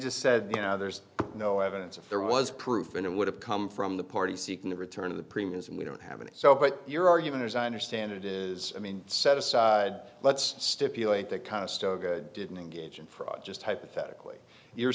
just said you know there's no evidence if there was proof and it would have come from the party seeking the return of the premiums and we don't have any so what you're arguing as i understand it is i mean set aside let's stipulate that kind of still good didn't engage in fraud just hypothetically you